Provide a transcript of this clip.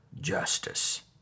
justice